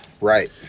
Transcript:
Right